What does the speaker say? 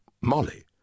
Molly